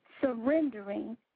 surrendering